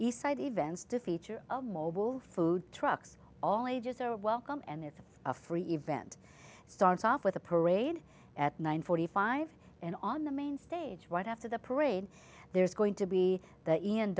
east side events to feature of mobile food trucks all ages are welcome and it's a free event starts off with a parade at nine forty five and on the main stage right after the parade there's going to be